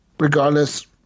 Regardless